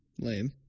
Lame